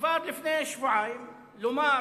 כבר לפני שבועיים, ולומר